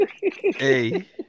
Hey